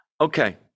Okay